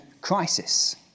crisis